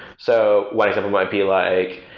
so one of them and might be like,